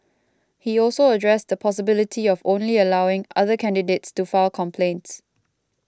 he also addressed the possibility of only allowing other candidates to file complaints